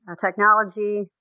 technology